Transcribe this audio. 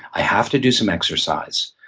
i have to do some exercise.